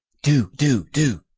do, do, do.